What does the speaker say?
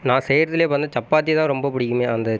நான் செய்வதுலே வந்து சப்பாத்தி தான் ரொம்ப பிடிக்குமே அந்த